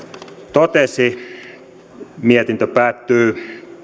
totesi mietintö päättyy